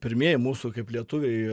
pirmieji mūsų kaip lietuviai